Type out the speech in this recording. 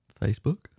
Facebook